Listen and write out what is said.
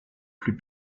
plus